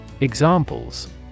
Examples